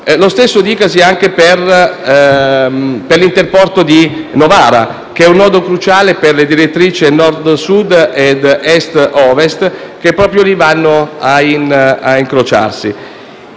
Lo stesso dicasi anche per l'Interporto di Novara, un nodo cruciale per le direttrici Nord-Sud ed Est-Ovest, che proprio lì vanno a incrociarsi.